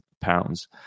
pounds